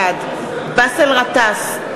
בעד באסל גטאס,